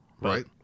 right